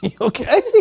Okay